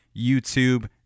YouTube